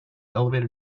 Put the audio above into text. elevator